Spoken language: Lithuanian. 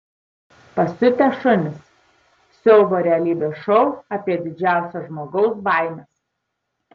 pasiutę šunys siaubo realybės šou apie didžiausias žmogaus baimes